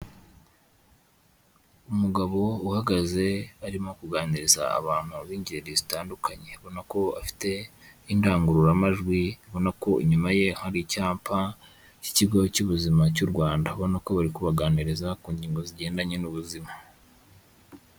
Umugabo uhagaze, arimo kuganiriza abantu b'ingeri zitandukanye, ubona ko afite indangururamajwi, ubona ko inyuma ye hari icyapa cy'Ikigo cy'Ubuzima cy'u Rwanda, Ubona ko bari kubaganiriza ku ngingo zigendanye n'ubuzima.